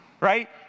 right